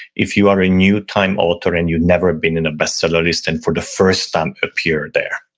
if you are a new time author and you've never been in a bestseller list and for the first time appear there.